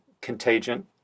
contagion